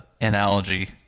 analogy